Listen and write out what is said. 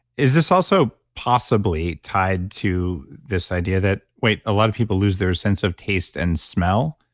is this also possibly tied to this idea that, wait a lot of people lose their sense of taste and smell?